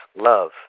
love